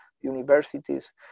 universities